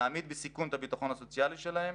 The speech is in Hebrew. להעמיד בסיכון את הביטחון הסוציאלי שלהם,